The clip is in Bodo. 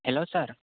hello sir